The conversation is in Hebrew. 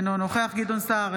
אינו נוכח גדעון סער,